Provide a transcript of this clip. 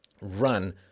run